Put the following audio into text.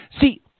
See